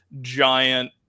giant